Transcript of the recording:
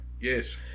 Yes